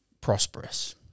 prosperous